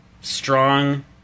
strong